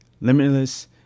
Limitless